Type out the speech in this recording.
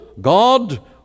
God